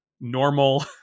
normal